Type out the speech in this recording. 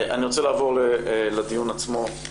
אני רוצה לעבור לדיון עצמו.